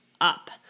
up